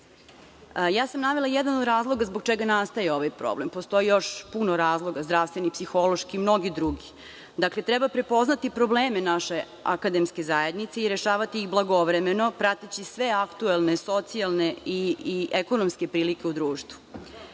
sam jedan od razloga zbog čega nastaje ovaj problem. Postoji još puno razloga, zdravstveni, psihološki, mnogi drugi. Dakle, treba prepoznati probleme naše akademske zajednice i rešavati ih blagovremeno, prateći sve aktuelne socijalne i ekonomske prilike u društvu.